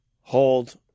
hold